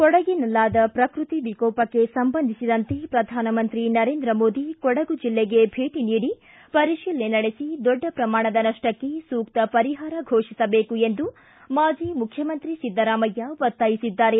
ಕೊಡಗಿನಲ್ಲಾದ ಪ್ರಕೃತ್ತಿ ವಿಕೋಪಕ್ಕೆ ಸಂಬಂಧಿಸಿದಂತೆ ಪ್ರಧಾನಮಂತ್ರಿ ನರೇಂದ್ರ ಮೋದಿ ಕೊಡಗು ಜಿಲ್ಲೆಗೆ ಭೇಟಿ ನೀಡಿ ಪರಿಶೀಲನೆ ನಡೆಸಿ ದೊಡ್ಡ ಪ್ರಮಾಣದ ನಷ್ಷಕ್ಕೆ ಸೂಕ್ತ ಪರಿಹಾರ ಘೋಷಿಸಬೇಕು ಎಂದು ಮಾಜಿ ಮುಖ್ಯಮಂತ್ರಿ ಸಿದ್ದರಾಮಯ್ಕ ಒತ್ತಾಯಿಸಿದ್ದಾರೆ